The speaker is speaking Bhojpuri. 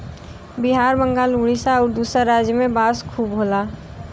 बिहार बंगाल उड़ीसा आउर दूसर राज में में बांस खूब होला